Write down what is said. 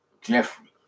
Jeffrey